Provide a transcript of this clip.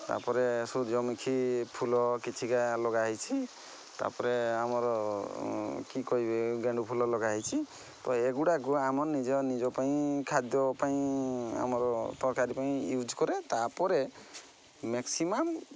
ତା'ପରେ ସୂର୍ଯ୍ୟମୁଖୀ ଫୁଲ କିଛିଟା ଲଗାହୋଇଛି ତା'ପରେ ଆମର କି କହିବି ଗେଣ୍ଡୁ ଫୁଲ ଲଗାହୋଇଛି ତ ଏଗୁଡ଼ାକୁ ଆମ ନିଜ ନିଜ ପାଇଁ ଖାଦ୍ୟ ପାଇଁ ଆମର ତରକାରୀ ପାଇଁ ୟୁଜ୍ କରେ ତା'ପରେ ମେକ୍ସିମମ୍